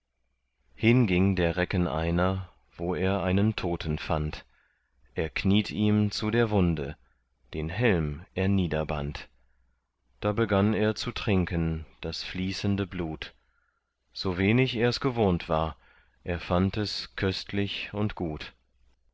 hinging der recken einer wo er einen toten fand er kniet ihm zu der wunde den helm er niederband da begann er zu trinken das fließende blut so wenig ers gewohnt war er fand es köstlich und gut